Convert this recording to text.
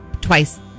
Twice